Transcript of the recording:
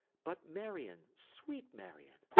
but marion, sweet marion!